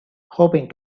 hoping